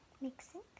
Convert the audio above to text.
mixing